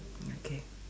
ya okay